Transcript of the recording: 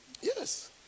Yes